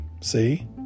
see